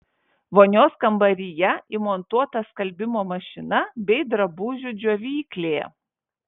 vonios kambaryje įmontuota skalbimo mašina bei drabužių džiovyklė